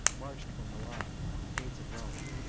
marched from milan to the gates of rome,